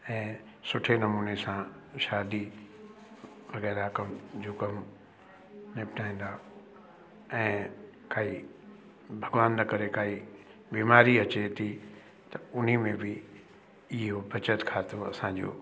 ऐं सुठे नमूने सां शादी वग़ैरह कम जो कमु निपिटाईंदा ऐं काई भॻवान न करे काई बीमारी अचे थी त उन्ही में बि इहो बचति खातो असां जो